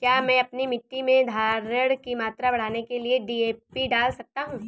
क्या मैं अपनी मिट्टी में धारण की मात्रा बढ़ाने के लिए डी.ए.पी डाल सकता हूँ?